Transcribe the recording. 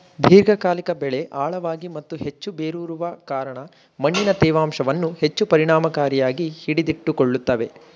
ದೀರ್ಘಕಾಲಿಕ ಬೆಳೆ ಆಳವಾಗಿ ಮತ್ತು ಹೆಚ್ಚು ಬೇರೂರುವ ಕಾರಣ ಮಣ್ಣಿನ ತೇವಾಂಶವನ್ನು ಹೆಚ್ಚು ಪರಿಣಾಮಕಾರಿಯಾಗಿ ಹಿಡಿದಿಟ್ಟುಕೊಳ್ತವೆ